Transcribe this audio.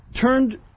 turned